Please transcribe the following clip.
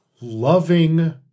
loving